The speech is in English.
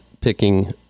picking